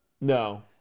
no